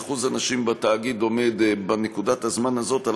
שיעור הנשים בתאגיד עומד בנקודת הזמן הזאת על